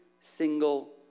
single